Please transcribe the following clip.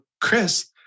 Chris